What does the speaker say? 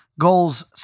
goals